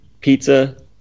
pizza